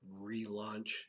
relaunch